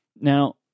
now